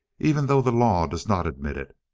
even though the law does not admit it.